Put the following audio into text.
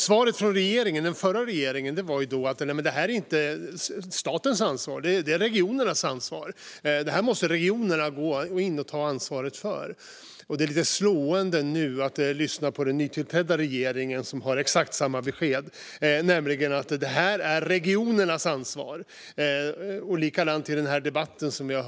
Svaret från den förra regeringen var att det här inte är statens ansvar utan att regionerna måste ta ansvar för det. Det är lite slående att den nytillträdda regeringen har exakt samma besked; det här är regionernas ansvar, har vi hört i debatten i dag.